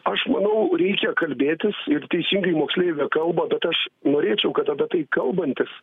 aš manau reikia kalbėtis ir teisingai moksleivė kalba bet aš norėčiau kad apie tai kalbantis